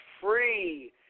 free